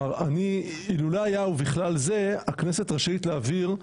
אילולא היה 'ובכלל זה' הכנסת רשאית להעביר,